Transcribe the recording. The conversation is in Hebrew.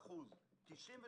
ב-99% מן המקרים.